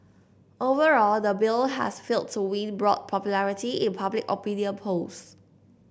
overall the bill has failed to win broad popularity in public opinion polls